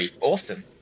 awesome